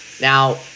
now